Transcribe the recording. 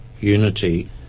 unity